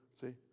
See